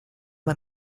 man